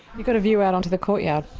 you've got a view out onto the courtyard?